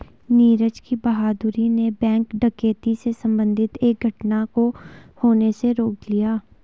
नीरज की बहादूरी ने बैंक डकैती से संबंधित एक घटना को होने से रोक लिया